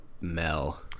Mel